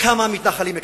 כמה המתנחלים מקבלים.